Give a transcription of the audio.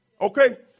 okay